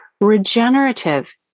regenerative